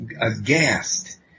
aghast